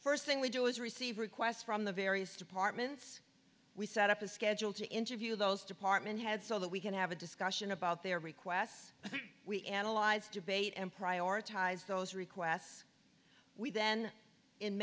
first thing we do is receive requests from the various departments we set up a schedule to interview those department head so that we can have a discussion about their requests we analyze debate and prioritize those requests we then in